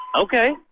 Okay